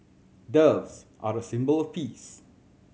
doves are a symbol of peace